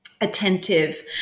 attentive